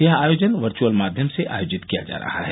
यह आयोजन वर्चुअल माध्यम से आयोजित किया जा रहा है